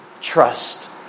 trust